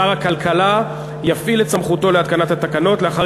שר הכלכלה יפעיל את סמכותו להתקנת התקנות לאחר